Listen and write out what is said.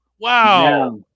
wow